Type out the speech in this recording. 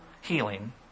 healing